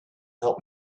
help